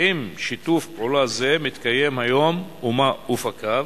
האם שיתוף פעולה זה מתקיים היום ומה אופקיו?